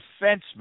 defenseman